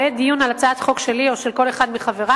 בעת דיון על הצעת חוק שלי או של כל אחד מחברי,